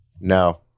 No